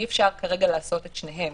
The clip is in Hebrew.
אי אפשר כרגע לעשות את שניהם.